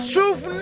Truth